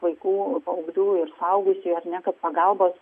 vaikų paauglių ir suaugusiųjų ar ne kad pagalbos